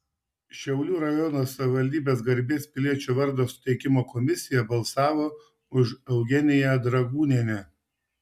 šiaulių rajono savivaldybės garbės piliečio vardo suteikimo komisija balsavo už eugeniją dragūnienę